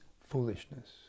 foolishness